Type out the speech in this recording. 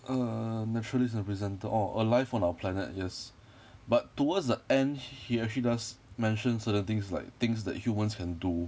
err naturalists are represented orh a life on our planet yes but towards the end he actually does mention certain things like things that humans can do